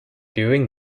doing